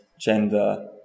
gender